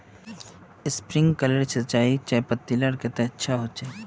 Sprinkler सिंचाई चयपत्ति लार केते अच्छा होचए?